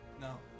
No